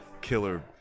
killer